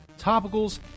topicals